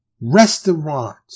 restaurant